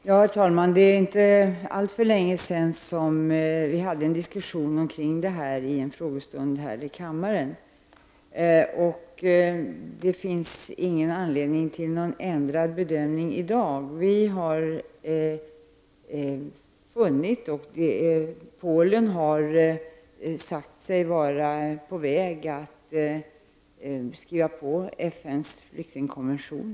Herr talman! Det är inte alltför länge sedan som vi hade en diskussion omkring detta i en frågestund här i kammaren. Det finns ingen anledning till någon ändrad bedömning i dag. Polen har sagt sig vara på väg att skriva under FNs flyktingkonvention.